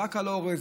ורק על אורז,